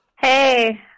Hey